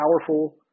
powerful